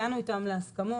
הגענו איתם להסכמות,